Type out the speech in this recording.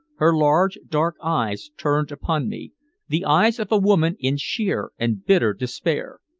her large, dark eyes turned upon me the eyes of a woman in sheer and bitter despair.